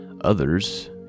Others